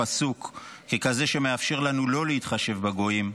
הפסוק ככזה שמאפשר לנו לא להתחשב בגויים,